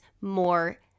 more